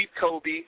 Kobe